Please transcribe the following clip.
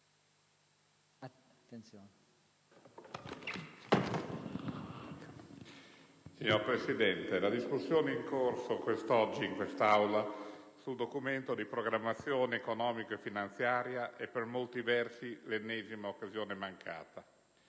Governo, la discussione in corso oggi in quest'Aula sul Documento di programmazione economico-finanziaria è per molti versi l'ennesima occasione mancata.